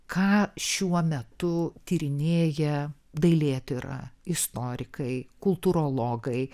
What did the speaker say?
ką šiuo metu tyrinėja dailėtyra istorikai kultūrologai